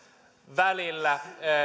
välillä